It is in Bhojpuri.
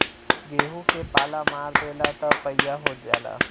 गेंहू के पाला मार देला त पइया हो जाला